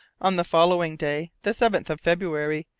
on the following day, the seventh of february,